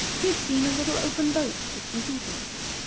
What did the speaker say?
he had seen a little open boat with some people in it.